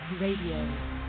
Radio